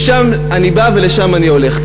משם אני בא ולשם אני הולך.